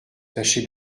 tâcher